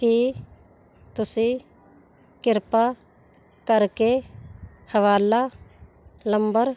ਕੀ ਤੁਸੀਂ ਕਿਰਪਾ ਕਰਕੇ ਹਵਾਲਾ ਨੰਬਰ